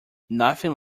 nothing